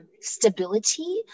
stability